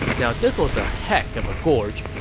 now this was a heck of a gorge.